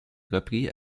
repris